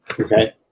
Okay